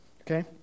Okay